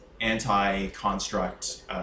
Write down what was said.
anti-construct